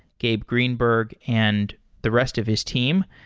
gabe greenberg, and the rest of his team.